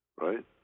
right